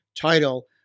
title